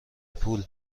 پول